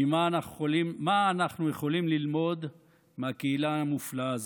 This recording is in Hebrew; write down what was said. במה שאנחנו יכולים ללמוד מהקהילה המופלאה הזאת: